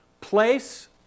Place